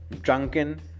drunken